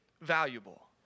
valuable